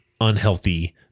unhealthy